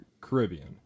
Caribbean